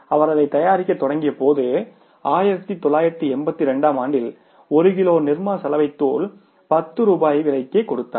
அவர் அதைத் தயாரிக்கத் தொடங்கியபோது 1982 ஆம் ஆண்டில் 1 கிலோ நிர்மா சலவை தூளை 10 ரூபாய் விலைக்கு கொடுத்தார்